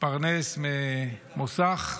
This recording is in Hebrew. מתפרנס ממוסך.